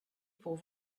pour